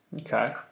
Okay